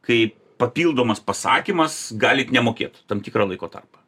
kaip papildomas pasakymas galit nemokėt tam tikrą laiko tarpą